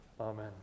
Amen